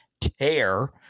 tear